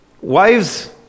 wives